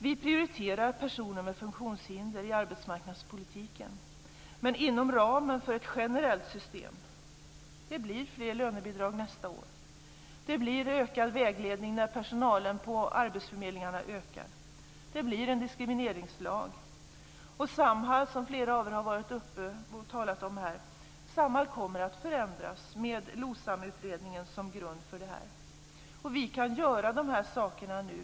Vi prioriterar personer med funktionshinder i arbetsmarknadspolitiken, men inom ramen för ett generellt system. Det blir fler lönebidrag nästa år. Det blir ökad vägledning när personalen på arbetsförmedlingarna ökar. Det blir en diskrimineringslag. Samhall, som flera av er har talat om, kommer att förändras med LOSAM-utredningen som grund. Vi kan göra dessa saker nu.